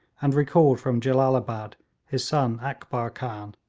and recalled from jellalabad his son akbar khan,